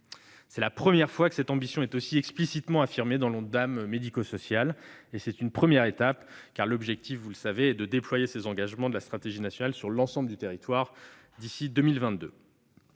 C'est la première fois que cette ambition est aussi explicitement affirmée dans l'Ondam médico-social et c'est une première étape, car l'objectif, vous le savez, est de déployer les engagements de la Stratégie nationale sur l'ensemble du territoire d'ici à 2022.